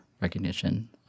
recognition